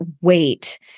wait